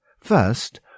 first